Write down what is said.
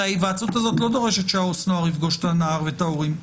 הרי ההיוועצות הזאת לא דורשת שהעובד הסוציאלי יפגוש את הנער ואת ההורים.